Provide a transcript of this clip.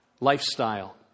lifestyle